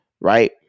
right